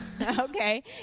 okay